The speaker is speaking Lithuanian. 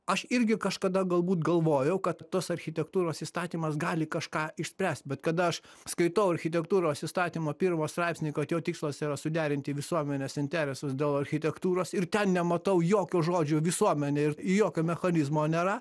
aš irgi kažkada galbūt galvojau kad tos architektūros įstatymas gali kažką išspręst bet kada aš skaitau architektūros įstatymo pirmą straipsnį kad jo tikslas yra suderinti visuomenės interesus dėl architektūros ir ten nematau jokio žodžio visuomenė ir jokio mechanizmo nėra